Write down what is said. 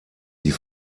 die